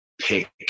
pick